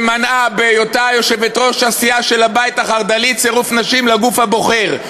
שמנעה בהיותה יושבת-ראש הסיעה של הבית החרד"לי צירוף נשים לגוף הבוחר.